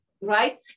Right